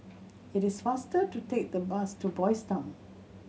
it is faster to take the bus to Boys' Town